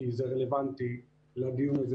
כי זה רלוונטי לדיון הזה,